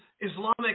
Islamic